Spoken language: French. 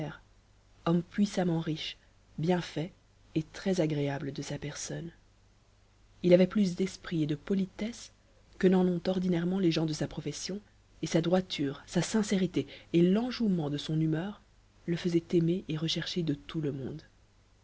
homme puissamment riche bien fait et très-agréable de sa personne ït avait plus d'esprit et de politesse que n'en ont ordinairement les gens de sa profession et sa droiture sa sincérité et l'enjouement de son humeur le taisaient aimer et rechercher de tout le monde